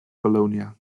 bologna